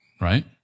right